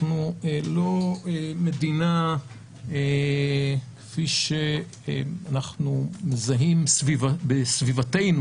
אנחנו לא מדינה כפי שאנחנו מזהים בסביבתנו,